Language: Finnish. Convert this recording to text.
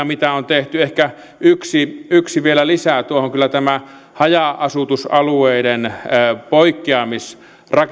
mitä on tehty ehkä yksi yksi vielä lisää tuohon kyllä tämä haja asutusalueiden